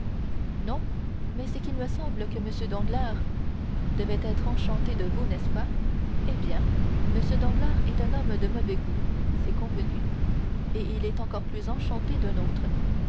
non mais c'est qu'il me semble que m danglars devait être enchanté de vous n'est-ce pas eh bien m danglars est un homme de mauvais goût c'est convenu et il est encore plus enchanté d'un autre